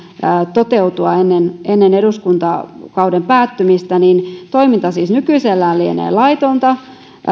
toteutua ennen eduskuntakauden päättymistä niin toiminta siis nykyisellään lienee laitonta